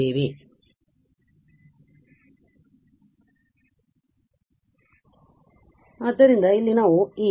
ಆದ್ದರಿಂದ ಇಲ್ಲಿ ನಾವು ಈ d 2y dt 2 y 1